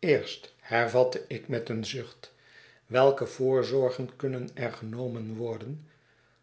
eerst hervatte ik met een zucht welke voorzorgen kunnen er genomen worden